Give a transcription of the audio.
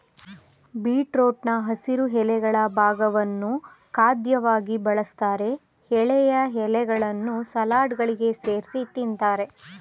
ಬೀಟ್ರೂಟ್ನ ಹಸಿರು ಎಲೆಗಳ ಭಾಗವನ್ನು ಖಾದ್ಯವಾಗಿ ಬಳಸ್ತಾರೆ ಎಳೆಯ ಎಲೆಗಳನ್ನು ಸಲಾಡ್ಗಳಿಗೆ ಸೇರ್ಸಿ ತಿಂತಾರೆ